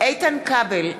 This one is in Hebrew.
איתן כבל,